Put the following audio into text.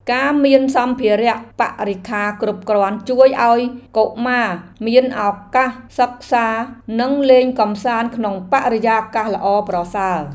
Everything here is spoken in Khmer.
ការមានសម្ភារៈបរិក្ខារគ្រប់គ្រាន់ជួយឱ្យកុមារមានឱកាសសិក្សានិងលេងកម្សាន្តក្នុងបរិយាកាសល្អប្រសើរ។